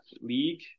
league